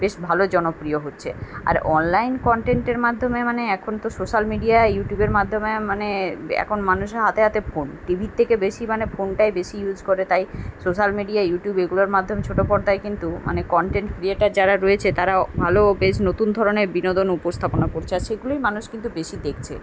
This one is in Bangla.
বেশ ভালো জনপ্রিয় হচ্ছে আর অনলাইন কনটেন্টের মাধ্যমে মানে এখন তো সোশ্যাল মিডিয়া ইউটুবের মাধ্যমে মানে এখন মানুষের হাতে হাতে ফোন টিভির থেকে বেশি মানে ফোনটাই বেশি ইউস করে তাই সোশ্যাল মিডিয়া ইউটুব এগুলার মাধ্যমে ছোটো পর্দায় কিন্তু মানে কনটেন্ট ক্রিয়েটার যারা রয়েছে তারাও ভালো বেশ নতুন ধরনের বিনোদন উপস্থাপনা করছে আর সেগুলোই মানুষ কিন্তু বেশি দেখছে